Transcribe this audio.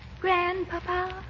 grandpapa